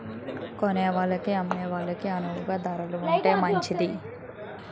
కొనేవాళ్ళకి అమ్మే వాళ్ళకి అణువుగా ధరలు ఉంటే మంచిది